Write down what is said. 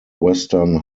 western